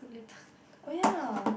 oh ya